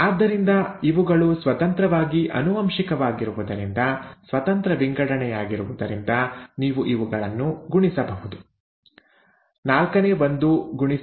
ಆದ್ದರಿಂದ ಇವುಗಳು ಸ್ವತಂತ್ರವಾಗಿ ಆನುವಂಶಿಕವಾಗಿರುವುದರಿಂದ ಸ್ವತಂತ್ರ ವಿಂಗಡಣೆಯಾಗಿರುವುದರಿಂದ ನೀವು ಇವುಗಳನ್ನು ಗುಣಿಸಬಹುದು ¼ x ¼ ಅಂದರೆ 116